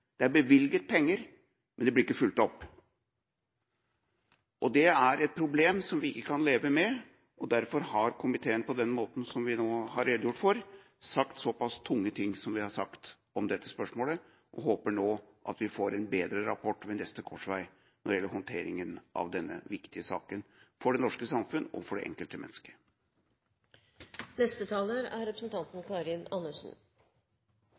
det er bevilget penger, men det blir ikke fulgt opp. Det er et problem som vi ikke kan leve med. Derfor har komiteen på den måten som vi nå har redegjort for, sagt såpass tunge ting som vi har sagt om dette spørsmålet. Vi håper nå at vi får en bedre rapport ved neste korsvei når det gjelder håndteringen av denne viktige saken for det norske samfunn og for det enkelte